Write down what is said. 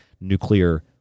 nuclear